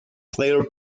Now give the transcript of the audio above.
player